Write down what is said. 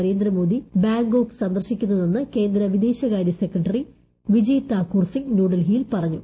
Narendra Modi Bangkok സന്ദർശിക്കുന്നതെന്ന് കേന്ദ്ര വിദേശകാര്യ secretary Vijay Thakur Singh ന്യൂഡൽഹിയിൽ പറഞ്ഞു